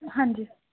ਹਾਂਜੀ